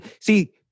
See